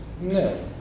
No